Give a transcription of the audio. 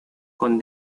con